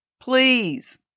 please